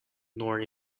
nor